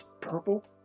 purple